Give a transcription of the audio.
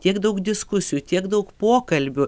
tiek daug diskusijų tiek daug pokalbių